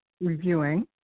reviewing